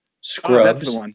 Scrubs